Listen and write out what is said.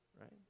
right